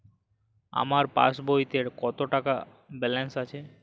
আমার পাসবইতে কত টাকা ব্যালান্স আছে?